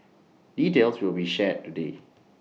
details will be shared today